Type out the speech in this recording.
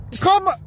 Come